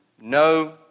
No